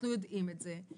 אנחנו יודעים את זה,